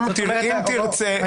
אם תרצה,